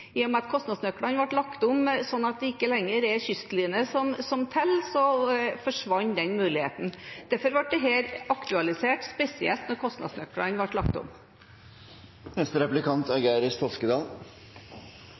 I og med at kostnadsnøklene ble lagt om slik at det ikke lenger er kystlinje som teller, forsvant den muligheten. Derfor ble dette aktualisert spesielt da kostnadsnøklene ble lagt om.